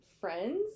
friends